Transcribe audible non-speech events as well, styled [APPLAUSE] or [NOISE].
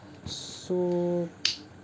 [BREATH] so